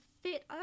fit